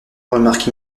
remarque